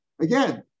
again